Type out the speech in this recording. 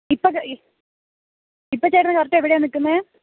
ഇപ്പം ഇപ്പം ചേട്ടന് കറക്റ്റെവിടെയാണ് നിൽക്കുന്നത്